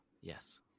Yes